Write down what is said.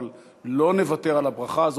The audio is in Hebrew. אבל לא נוותר על הברכה הזאת,